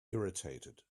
irritated